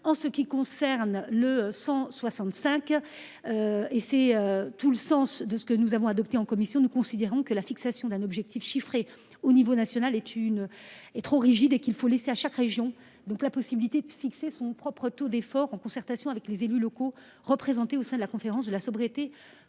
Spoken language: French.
En ce qui concerne l’amendement n° 165, et c’est tout le sens du dispositif que nous avons adopté en commission, nous considérons que la fixation d’un objectif chiffré au niveau national est trop rigide, et qu’il faut laisser à chaque région la possibilité de fixer son propre taux d’effort, en concertation avec les élus locaux représentés au sein de la conférence régionale